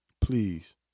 Please